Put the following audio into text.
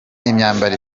imyambaro